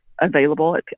available